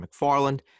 McFarland